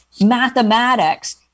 mathematics